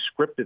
scripted